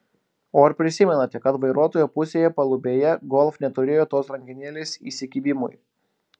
o ar prisimenate kad vairuotojo pusėje palubėje golf neturėjo tos rankenėles įsikibimui